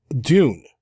Dune